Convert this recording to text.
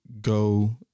go